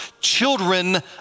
children